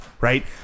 right